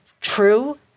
true